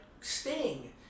Sting